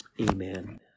amen